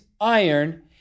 iron